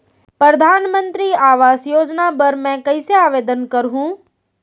परधानमंतरी आवास योजना बर मैं कइसे आवेदन करहूँ?